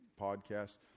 podcast